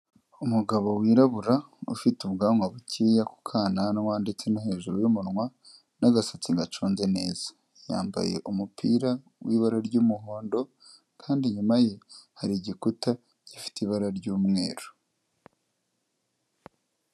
Umugabo wirabura ufite ubwanwa bukeya ku kananwa ndetse no hejuru y'umunwa n'agasatsi gaconze neza, yambaye umupira w'ibara ry'umuhondo kandi inyuma ye hari igikuta gifite ibara ry'umweru.